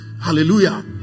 hallelujah